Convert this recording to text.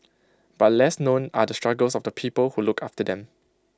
but less known are the struggles of the people who look after them